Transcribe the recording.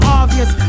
obvious